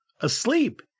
asleep